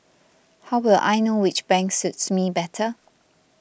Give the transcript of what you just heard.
how will I know which bank suits me better